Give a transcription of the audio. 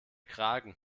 kragen